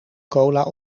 cola